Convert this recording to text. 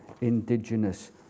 indigenous